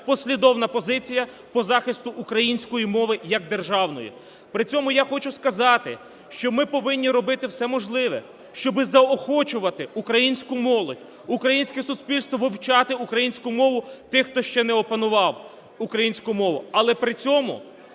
послідовна позиція по захисту української мови як державної. При цьому я хочу сказати, що ми повинні робити все можливе, щоби заохочувати українську молодь, українське суспільство вивчати українську мову тих, хто ще не опанував українську мову. Але при цьому,